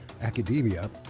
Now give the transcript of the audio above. academia